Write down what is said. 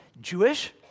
Jewish